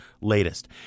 latest